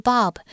Bob